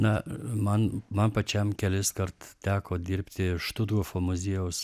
na man man pačiam keliskart teko dirbti štuthofo muziejaus